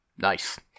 Nice